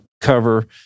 cover